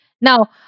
Now